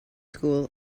school